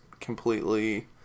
completely